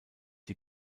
die